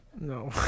No